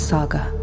Saga